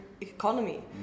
economy